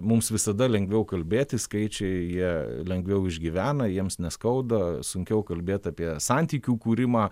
mums visada lengviau kalbėti skaičiai jie lengviau išgyvena jiems neskauda sunkiau kalbėt apie santykių kūrimą